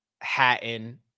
Hatton